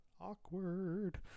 Awkward